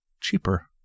cheaper